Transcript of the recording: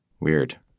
weird